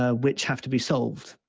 ah which have to be solved.